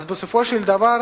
אז בסופו של דבר